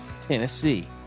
Tennessee